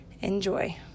Enjoy